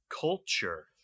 culture